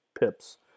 pips